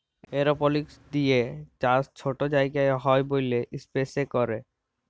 এরওপলিক্স দিঁয়ে চাষ ছট জায়গায় হ্যয় ব্যইলে ইস্পেসে ক্যরে